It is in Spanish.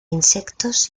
insectos